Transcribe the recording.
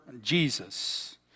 jesus